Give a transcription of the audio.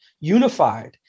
unified